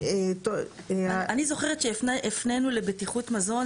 אני זוכרת שהפנינו לבטיחות מזון,